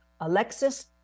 Alexis